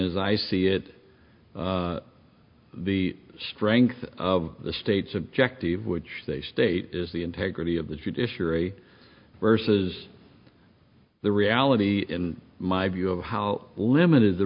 as i see it the strength of the state's objective which they state is the integrity of the judiciary versus the reality in my view of how limited the